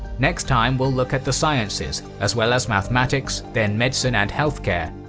next time, we'll look at the sciences, as well as mathematics, then medicine and healthcare,